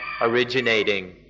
originating